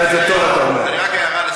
רק הערה,